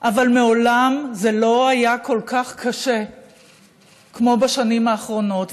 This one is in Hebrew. אבל מעולם זה לא היה כל כך קשה כמו בשנים האחרונות.